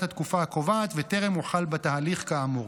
התקופה הקובעת וטרם הוחל בתהליך כאמור.